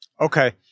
okay